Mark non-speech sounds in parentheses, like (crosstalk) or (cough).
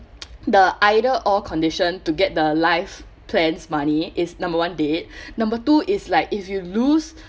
(noise) the either all condition to get the life plans money is number one dead (breath) number two is like if you lose